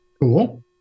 Cool